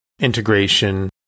integration